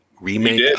remake